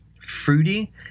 fruity